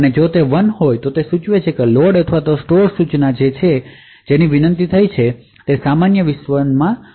જો તે 1 છે તો તે સૂચવે છે કે લોડ અથવા સ્ટોર સૂચના સામાન્ય વિશ્વમાં હશે